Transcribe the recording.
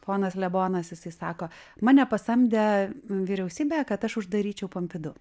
ponas lebonas jisai sako mane pasamdė vyriausybė kad aš uždaryčiau pompidu